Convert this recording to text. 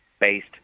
based